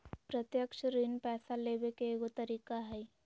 प्रत्यक्ष ऋण पैसा लेबे के एगो तरीका हइ